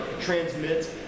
transmits